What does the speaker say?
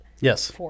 Yes